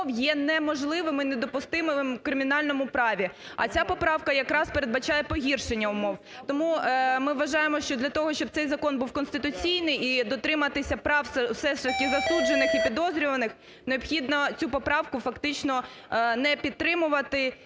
є неможливим і недопустимим в кримінальному праві. А ця поправка якраз передбачає погіршення умов. Тому ми вважаємо, що для того, щоб цей закон був конституційний і дотриматись прав все-таки засуджених і підозрюваних, необхідно цю поправку фактично не підтримувати.